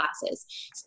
classes